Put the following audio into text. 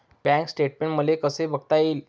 Bank statement मला कसे बघता येईल?